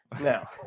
now